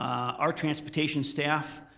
our transportation staff,